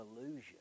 illusion